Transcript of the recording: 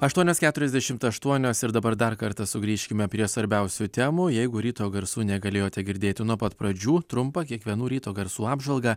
aštuonios keturiasdešimt aštuonios ir dabar dar kartą sugrįžkime prie svarbiausių temų jeigu ryto garsų negalėjote girdėti nuo pat pradžių trumpą kiekvienų ryto garsų apžvalgą